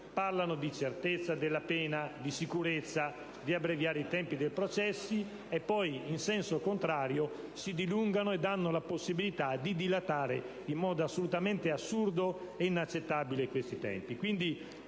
parlano di certezza della pena, di sicurezza, di abbreviare i tempi dei processi e poi, in senso contrario, si dilungano e danno la possibilità di dilatare in modo assolutamente assurdo ed inaccettabile questi tempi.